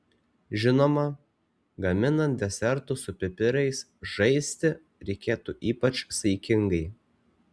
žinoma gaminant desertus su pipirais žaisti reikėtų ypač saikingai